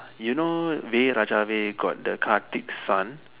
you know Vai Raja Vai raajaa vai got the Kartik's son